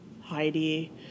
Heidi